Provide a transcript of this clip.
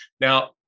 Now